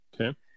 Okay